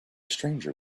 stranger